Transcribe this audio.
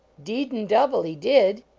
deed an double, he did!